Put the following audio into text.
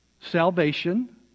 salvation